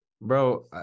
Bro